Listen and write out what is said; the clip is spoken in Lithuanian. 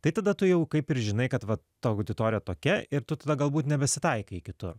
tai tada tu jau kaip ir žinai kad va ta auditorija tokia ir tu tada galbūt nebesitaikai kitur